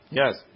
yes